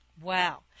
Wow